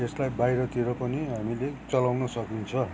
यसलाई बाहिरतिर पनि हामीले चलाउँन सकिन्छ